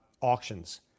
auctions